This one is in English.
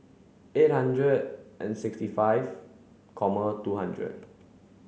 eight hundred and sixty five comma two hundred